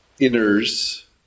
inners